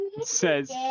Says